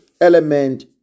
element